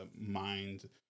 mind